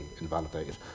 invalidated